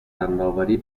فنآوری